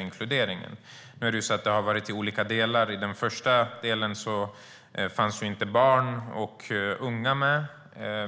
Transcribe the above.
inkluderingen, införs? Det har varit olika delar. I den första delen fanns inte barn och unga med.